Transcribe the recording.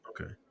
Okay